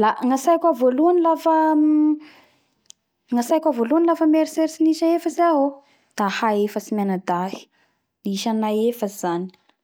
la gnatsaiko ao voalohany lafa mieritseritsy ny isa efatsy iaho o da ahay efatsy mianadahy isa nay efatsy zany